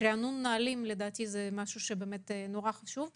ריענון הנהלים זה משהו מאוד חשוב.